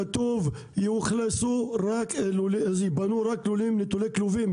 כתוב ייבנו רק לולים נטולי כלובים,